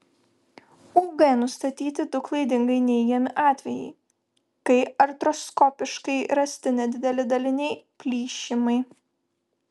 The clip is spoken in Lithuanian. ug nustatyti du klaidingai neigiami atvejai kai artroskopiškai rasti nedideli daliniai plyšimai